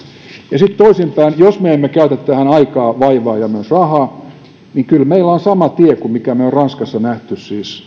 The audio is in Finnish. sitten toisinpäin jos me emme käytä tähän aikaa vaivaa ja myös rahaa kyllä meillä on sama tie kuin minkä me olemme ranskassa ja myös ruotsissa nähneet siis